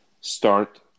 start